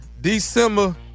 December